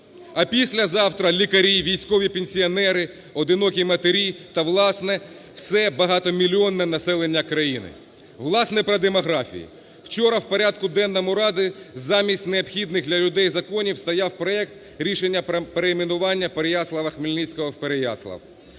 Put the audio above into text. а післязавтра лікарі, військові пенсіонери, одинокі матері та, власне, багатомільйонне населення країни. Власне, по демографії. Вчора в порядку денному Ради замість необхідних для людей законів стояв проект рішення перейменування Переяслава-Хмельницького в Переяслав.